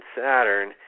Saturn